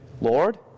Lord